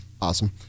Awesome